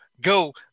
go